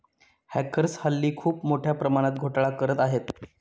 hackers हल्ली खूप मोठ्या प्रमाणात घोटाळा करत आहेत